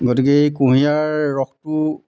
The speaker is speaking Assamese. গতিকে এই কুঁহিয়াৰ ৰসটো